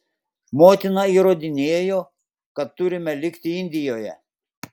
motina įrodinėjo kad turime likti indijoje